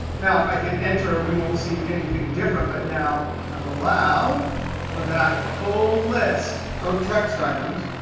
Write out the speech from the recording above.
now, if i hit enter, we won't see anything different but now i am allowed for that full list of text items